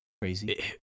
crazy